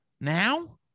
Now